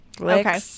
okay